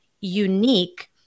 unique